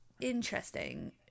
interesting